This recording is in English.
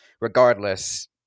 Regardless